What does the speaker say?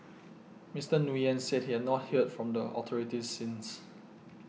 Mister Nguyen said he has not heard from the authorities since